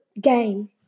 game